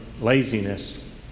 laziness